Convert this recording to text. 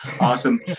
Awesome